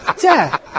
Dad